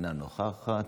אינה נוכחת,